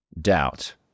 doubt